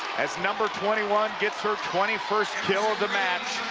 as number twenty one gets her twenty first kill of the match.